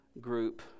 group